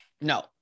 No